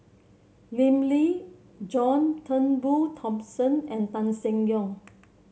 Lim Lee John Turnbull Thomson and Tan Seng Yong